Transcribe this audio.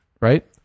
right